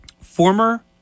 Former